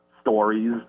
stories